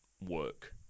work